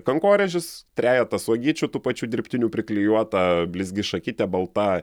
kankorėžis trejetas uogyčių tų pačių dirbtinių priklijuota blizgi šakytė balta